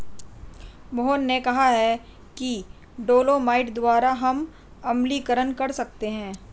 मोहन ने कहा कि डोलोमाइट द्वारा हम अम्लीकरण कर सकते हैं